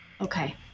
Okay